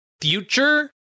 future